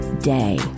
day